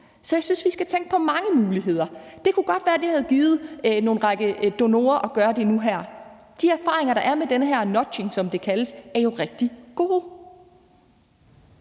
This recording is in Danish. Så jeg synes, vi skal tænke på mange muligheder. Det kan godt være, at det havde givet nogle donorer at gøre det nu her. De erfaringer, der er med det her nudging, som det kaldes, er jo rigtig gode.